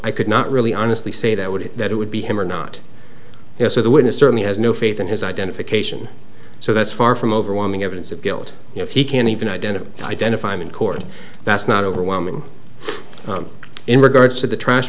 i could not really honestly say that would that it would be him or not so the witness certainly has no faith in his identification so that's far from overwhelming evidence of guilt and if he can even identify identify him in court that's not overwhelming in regards to the trash